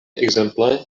ekzemple